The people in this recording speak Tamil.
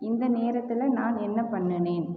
இந்த நேரத்தில் நான் என்ன பண்ணுனேன்